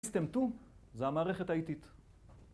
סיסטם 2 זה המערכת האיטית